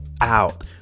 out